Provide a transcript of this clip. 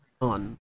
On